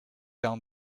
down